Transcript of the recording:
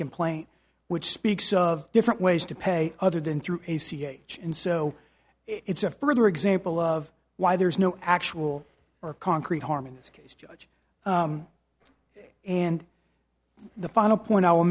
complaint which speaks of different ways to pay other than through a c h and so it's a further example of why there's no actual or concrete harm in this case and the final point i will